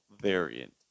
variant